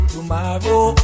Tomorrow